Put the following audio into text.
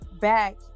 back